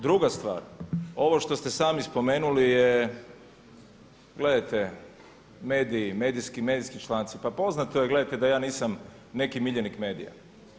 Druga stvar, ovo što ste sami spomenuli je gledajte mediji, medijski članci, pa poznato je gledajte da ja nisam neki miljenik mediji.